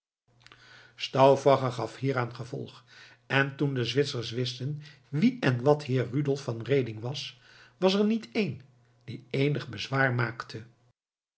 stauffacher gaf hieraan gevolg en toen de zwitsers wisten wie en wat heer rudolf van reding was was er niet één die eenig bezwaar maakte